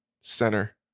center